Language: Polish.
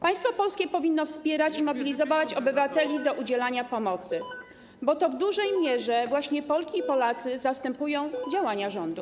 Państwo polskie powinno wspierać i mobilizować obywateli do udzielania pomocy, bo to w dużej mierze właśnie Polki i Polacy zastępują działania rządu.